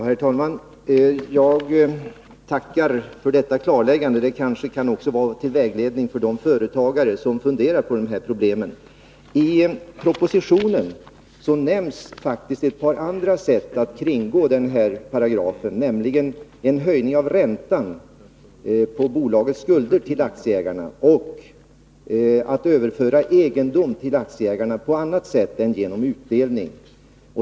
Herr talman! Jag tackar för detta klarläggande. Det kan kanske också vara till vägledning för de företagare som funderar på detta problem. I propositionen nämns faktiskt ett par andra sätt att kringgå bestämmel serna i den här paragrafen, nämligen att höja räntan på bolagets skulder till Nr 157 aktieägarna och att överföra egendom till aktieägarna på annat sätt än genom utdelning.